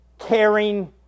caring